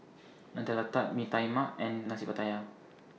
Nutella Tart Mee Tai Mak and Nasi Pattaya